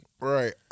Right